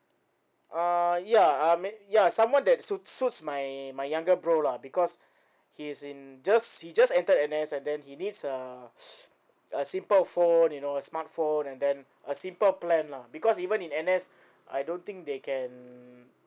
uh ya I meant ya someone that suits suits my my younger bro lah because he is in just he just entered N_S and then he needs uh a simple phone you know a smartphone and then a simple plan lah because even in N_S I don't think they can